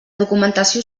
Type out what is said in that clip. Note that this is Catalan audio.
documentació